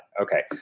Okay